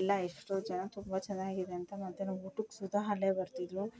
ಎಲ್ಲ ಎಷ್ಟೋ ಜನ ತುಂಬ ಚೆನ್ನಾಗಿದೆ ಅಂತ ಮತ್ತೆ ನಮ್ಮ ಊಟಕ್ಕೆ ಸ್ವತಃ ಅಲ್ಲೇ ಬರ್ತಿದ್ದರು